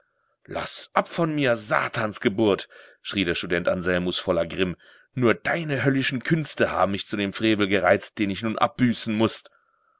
laß ab von mir satans geburt schrie der student anselmus voller grimm nur deine höllischen künste haben mich zu dem frevel gereizt den ich nun abbüßen muß